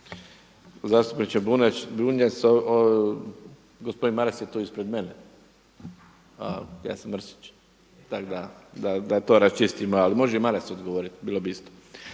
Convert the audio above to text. Zastupniče Bunjac gospodin Maras je tu ispred mene, ja sam Mrsić tako da to raščistimo. Ali može i Maras odgovoriti, bilo bi isto.